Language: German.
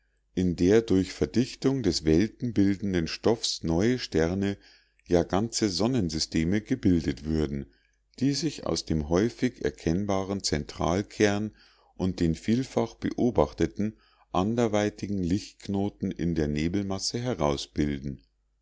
in der durch verdichtung des weltenbildenden stoffs neue sterne ja ganze sonnensysteme gebildet würden die sich aus dem häufig erkennbaren zentralkern und den vielfach beobachteten anderweitigen lichtknoten in der nebelmasse herausbilden